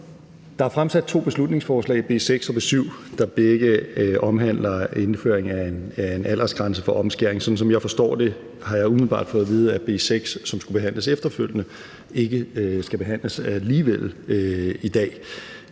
Der er fremsat to beslutningsforslag, B 6 og B 7, der begge omhandler indførelse af en aldersgrænse for omskæring. Sådan som jeg har forstået det – det har jeg umiddelbart fået at vide – skal B 6, som skulle behandles efterfølgende, alligevel ikke behandles i dag.